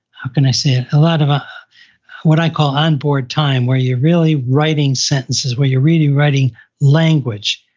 how can i say it? a lot of what i call onboard time, where you're really writing sentences. where you're really writing language.